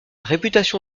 réputation